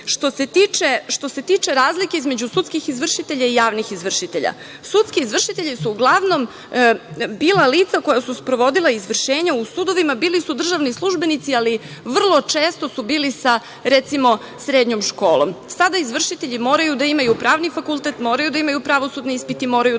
se tiče razlike između sudskih izvršitelja i javnih izvršitelja, sudski izvršitelji su uglavnom bila lica koja su sprovodila izvršenje u sudovima, bili su državni službenici, ali vrlo često su bili sa, recimo, srednjom školom. Sada izvršitelji moraju da imaju pravni fakultet, moraju da imaju pravosudni ispit i moraju da prođu određene